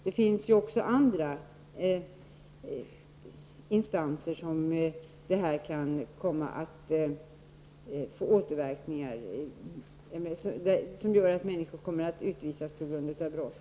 Det finns också andra faktorer som kan göra att människor utvisas på grund av brott.